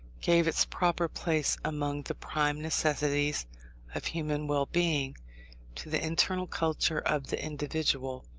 gave its proper place, among the prime necessities of human well-being, to the internal culture of the individual.